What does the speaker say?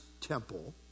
temple